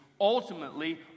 Ultimately